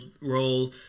role